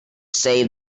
save